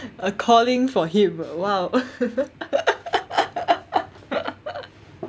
a calling for him !wow!